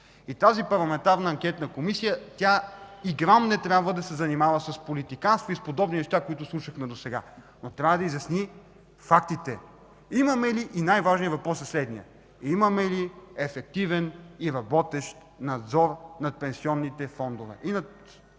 Тази парламентарна анкетна комисия и грам не трябва да се занимава с политиканство и с подобни неща, които слушахме досега. Но трябва да изясни фактите. Най-важният въпрос е: имаме ли ефективен и работещ надзор над пенсионните фондове и над